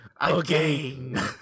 Again